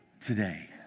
today